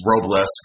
Robles